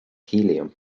helium